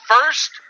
first